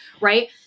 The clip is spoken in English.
right